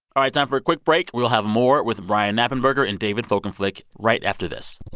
all right. time for a quick break. we'll have more with brian knappenberger and david folkenflik right after this